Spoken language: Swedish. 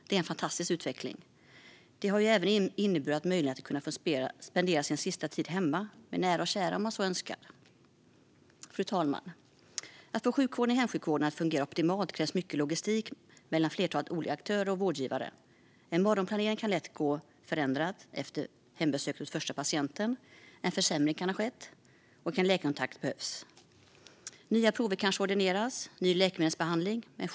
Det är en fantastisk utveckling. Den har även inneburit möjligheten att spendera sin sista tid hemma med nära och kära, om man så önskar. Fru talman! Att få hemsjukvården att fungera optimalt kräver mycket logistik mellan flertalet olika aktörer och vårdgivare. En morgonplanering kan lätt förändras efter hembesöket hos första patienten. En försämring kan ha skett, och en läkarkontakt behövs. Nya prover eller ny läkemedelsbehandling kanske ordineras.